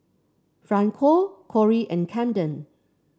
Franco Kori and Camden